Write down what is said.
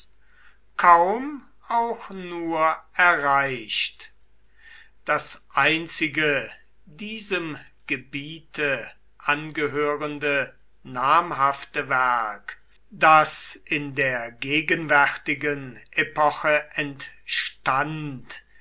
kaum auch nur erreicht das einzige diesem gebiete angehörende namhafte werk das in der gegenwärtigen epoche entstand